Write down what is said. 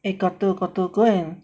eh got to got to go and